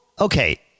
okay